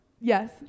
Yes